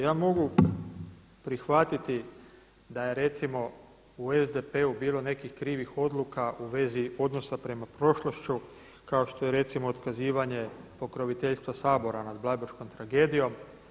Ja mogu prihvatiti da je recimo u SDP-u bilo nekih krivih odluka u vezi odnosa prema prošlošću kao što je recimo otkazivanje pokroviteljstva Sabora nad Bleiburškom tragedijom.